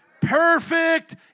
Perfect